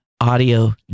Audio